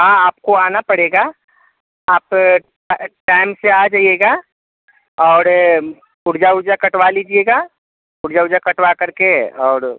हाँ आपको आना पड़ेगा आप टाइम से आ जाइएगा और पुर्जा उर्जा कटवा लीजिएगा पुर्जा उर्जा कटवा करके और